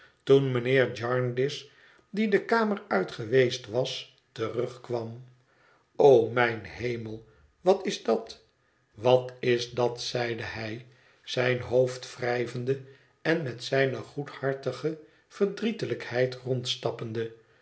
toen mijnheer jarndyce die de kamer uit geweest was terugkwam o mijn hemel wat is dat wat is dat zeide hij zijn hoofd wrijvende en met zijne goedhartige verdrietelijkheid